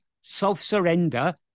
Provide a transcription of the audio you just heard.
self-surrender